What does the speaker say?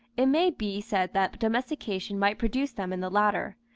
it may be said that domestication might produce them in the latter.